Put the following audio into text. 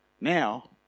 Now